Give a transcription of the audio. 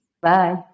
Bye